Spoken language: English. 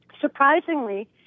Surprisingly